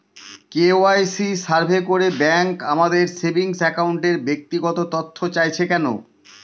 KYC survey করে bank আমাদের saving অ্যাকাউন্টের ব্যক্তিগত তথ্য চাইছে কেন?